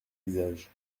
visage